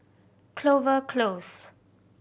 Clover Close